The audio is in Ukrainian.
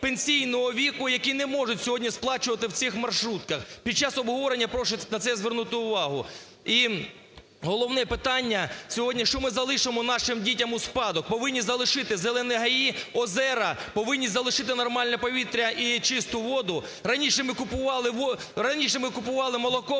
пенсійного віку, які не можуть сьогодні сплачувати в цих маршрутках. Під час обговорення прошу на це звернути увагу. І головне питання сьогодні: що ми залишимо нашим дітям у спадок? Повинні залишити зелені гаї, озера, повинні залишити нормальне повітря і чисту воду. Раніше ми купували...